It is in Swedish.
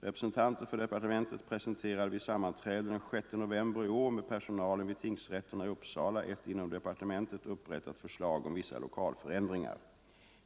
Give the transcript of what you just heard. Representanter för departementet presenterade vid sammanträde den 6 november i år med personalen vid tingsrätterna i Uppsala ett inom departementet upprättat förslag om vissa lokalförändringar.